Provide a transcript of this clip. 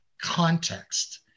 context